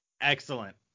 Excellent